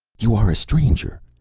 you are a stranger.